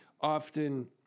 often